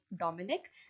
Dominic